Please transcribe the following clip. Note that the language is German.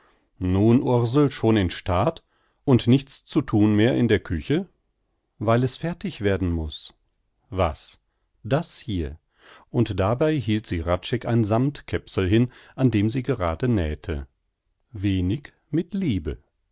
nun ursel schon in staat und nichts zu thun mehr in der küche weil es fertig werden muß was das hier und dabei hielt sie hradscheck ein sammtkäpsel hin an dem sie gerade nähte wenig mit liebe